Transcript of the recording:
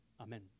Amen